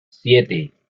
siete